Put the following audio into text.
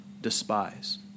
despise